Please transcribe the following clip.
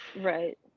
right